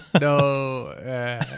No